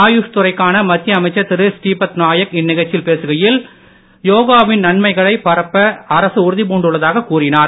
ஆயுஷ் துறைக்கான மத்திய அமைச்சர் திரு ஸ்ரீ பத் நாயக் இந்நிகழ்ச்சியில் பேசுகையில் யோவின் நன்மைகளை பரப்ப அரசு உறுதிப்பூண்டுள்ளதாக கூறினார்